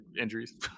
injuries